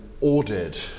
ordered